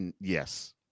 yes